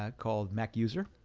ah called mac user.